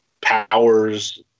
powers